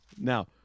Now